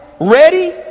ready